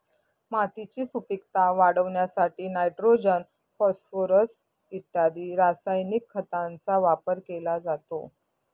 मातीची सुपीकता वाढवण्यासाठी नायट्रोजन, फॉस्फोरस इत्यादी रासायनिक खतांचा वापर केला जातो